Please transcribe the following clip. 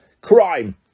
Crime